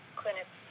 clinic